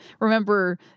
remember